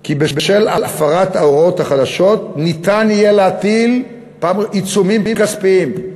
כי בשל הפרת ההוראות החדשות ניתן יהיה להטיל עיצומים כספיים,